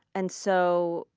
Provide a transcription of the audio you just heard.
and so,